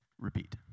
repeat